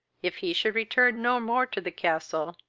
if he should return no more to the castle,